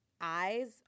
eyes